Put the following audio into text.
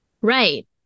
Right